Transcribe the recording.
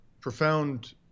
profound